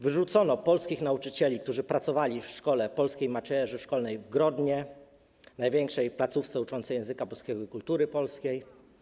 Wyrzucono polskich nauczycieli, którzy pracowali w szkole Polskiej Macierzy Szkolnej w Grodnie, największej placówce uczącej języka polskiego i kultury polskiej.